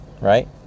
right